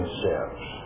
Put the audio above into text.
steps